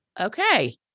Okay